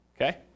okay